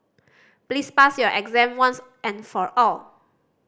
please pass your exam once and for all